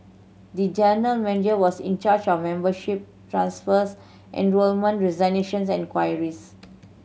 the general manager was in charge of membership transfers enrolment resignations and queries